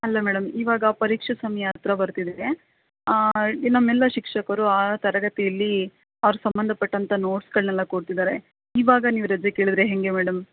ಅಲ್ಲ ಮೇಡಮ್ ಇವಾಗ ಪರೀಕ್ಷೆ ಸಮಯ ಹತ್ರ ಬರ್ತಿದೆ ಇ ನಮ್ಮ ಎಲ್ಲ ಶಿಕ್ಷಕರು ಆ ತರಗತಿಯಲ್ಲೀ ಅವ್ರ ಸಂಬಂಧ ಪಟ್ಟಂತ ನೋಟ್ಸ್ಗಳನ್ನೆಲ್ಲ ಕೊಡ್ತಿದ್ದಾರೆ ಇವಾಗ ನೀವು ರಜೆ ಕೇಳಿದರೆ ಹೇಗೆ ಮೇಡಮ್